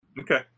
Okay